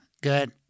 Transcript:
Good